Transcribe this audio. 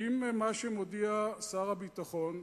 האם מה שמודיע שר הביטחון,